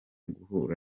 guhura